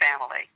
family